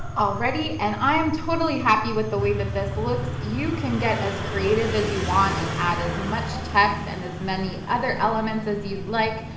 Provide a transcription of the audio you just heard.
and i am totally happy with the way that this looks. you can get as creative as you want and add as much text and as many other elements as you'd like,